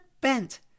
bent